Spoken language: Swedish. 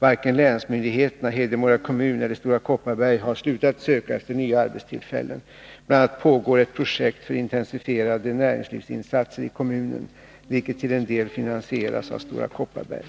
Varken länsmyndigheterna, Hedemora kommun eller Stora Kopparberg har slutat söka efter nya arbetstillfällen. Bl. a. pågår ett projekt för intensifierade näringslivsinsatser i kommunen, vilket till en del finansieras av Stora Kopparberg.